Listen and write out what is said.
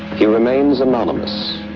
he remains anonymous,